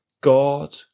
God